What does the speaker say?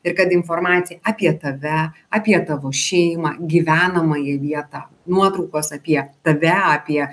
ir kad informacija apie tave apie tavo šeimą gyvenamąją vietą nuotraukos apie tave apie